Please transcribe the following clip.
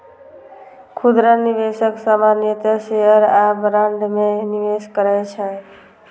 खुदरा निवेशक सामान्यतः शेयर आ बॉन्ड मे निवेश करै छै